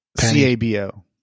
C-A-B-O